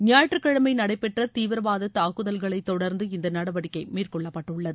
ஞாயிற்றுக்கிழமை நடைபெற்ற தீவிரவாத தாக்குதல்களை தொடர்ந்து இந்த நடவடிக்கை மேற்கொள்ளப்பட்டுள்ளது